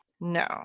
no